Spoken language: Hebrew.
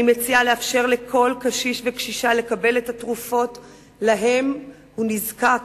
אני מציעה לאפשר לכל קשיש וקשישה לקבל את התרופות שלהן הוא נזקק